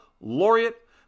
Laureate